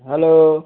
hello